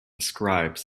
describe